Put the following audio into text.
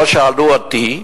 לא שאלו אותי,